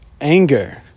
anger